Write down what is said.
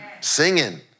singing